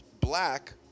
black